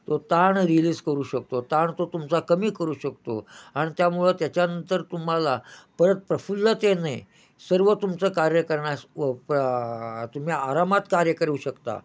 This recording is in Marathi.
तो ताण रिलीज करू शकतो ताण तो तुमचा कमी करू शकतो आणि त्यामुळं त्याच्यानंतर तुम्हाला परत प्रफुल्लतेने सर्व तुमचं कार्य करण्यास व तुम्ही आरामात कार्य करू शकता